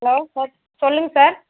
hello sir சொல்லுங்கள் sir